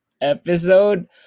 episode